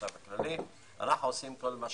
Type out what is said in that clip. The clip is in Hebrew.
אגף התקציבים,